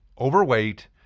overweight